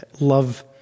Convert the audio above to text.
love